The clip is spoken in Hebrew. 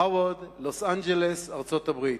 הווארד, לוס-אנג'לס, ארצות-הברית.